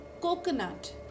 Coconut